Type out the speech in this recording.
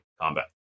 combat